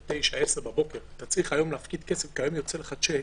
ב-09:00-10:00 בבוקר שהוא צריך היום להפקיד כסף כי יוצא לו שיק,